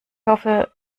hoffe